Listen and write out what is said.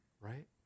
right